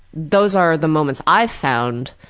those are the moments i've found